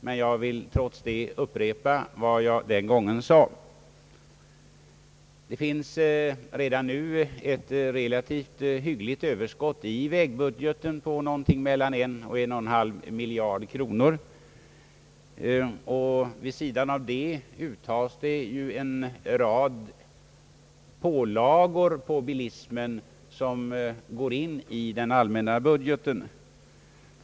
Men jag vill trots det upprepa vad jag sade den gången. Det finns redan nu ett relativt hyggligt överskott i vägbudgeten på något mellan en och en och en halv miljard kronor. Vid sidan därav uttas det ju en rad pålagor av bilismen som går in i den allmänna budgeten.